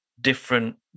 different